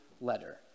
letter